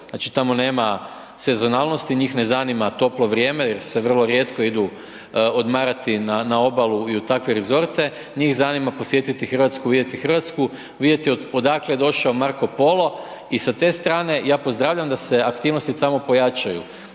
znači, tamo nema sezonalnosti, njih ne zanima toplo vrijeme, jer se vrlo rijetko idu odmarati na obalu i u takve rezorte, njih zanima posjetiti RH, vidjeti RH, vidjeti odakle je došao Marko Polo i sa te strane ja pozdravljam da se aktivnosti tamo pojačaju,